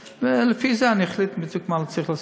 ולפי זה אני אחליט בדיוק מה צריך לעשות.